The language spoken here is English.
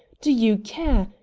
do you care?